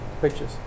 pictures